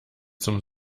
zum